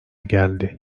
geldi